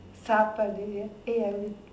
saappadu ya eh